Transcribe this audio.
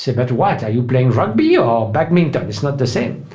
so but what, are you playing rugby or badminton? it's not the same.